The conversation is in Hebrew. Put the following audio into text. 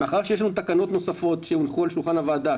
מאחר ויש לנו תקנות נוספות שהונחו על שולחן הוועדה,